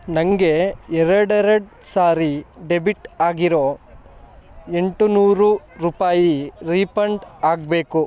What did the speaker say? ನನಗೆ ಎರಡೆರಡು ಸಾರಿ ಡೆಬಿಟ್ ಆಗಿರೋ ಎಂಟು ನೂರು ರೂಪಾಯಿ ರೀಫನ್ಡ್ ಆಗಬೇಕು